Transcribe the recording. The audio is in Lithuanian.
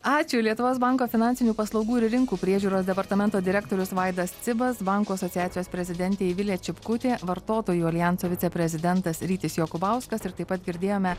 ačiū lietuvos banko finansinių paslaugų ir rinkų priežiūros departamento direktorius vaidas cibas bankų asociacijos prezidentė vilija čipkutė vartotojų aljanso viceprezidentas rytis jokubauskas ir taip pat girdėjome